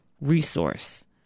resource